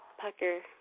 pucker